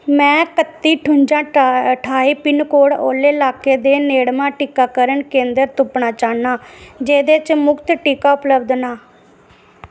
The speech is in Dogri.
में कत्ती ठुन्जा ठाई पिनकोड आह्ले लाके च नेड़मा टीकाकरण केंदर तुप्पना चाह्न्नां जेह्दे च मुख्त टीके उपलब्ध न